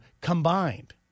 combined